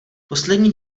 poslední